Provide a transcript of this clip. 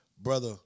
brother